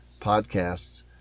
podcasts